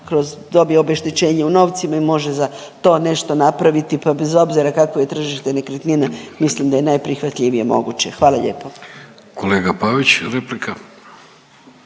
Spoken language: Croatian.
kroz dobi obeštećenje u novcima i može za to nešto napraviti, pa bez obzira kakvo je tržište nekretnina mislim da je najprihvatljivije moguće, hvala lijepo. **Vidović, Davorko